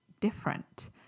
different